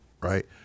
right